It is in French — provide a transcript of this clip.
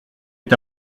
est